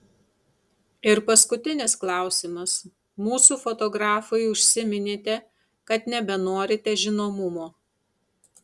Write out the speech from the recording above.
ir paskutinis klausimas mūsų fotografui užsiminėte kad nebenorite žinomumo